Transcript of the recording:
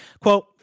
Quote